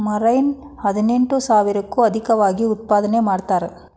marine ಹದಿನೆಂಟು ಸಾವಿರಕ್ಕೂ ಅದೇಕವಾಗಿ ಉತ್ಪಾದನೆ ಮಾಡತಾರ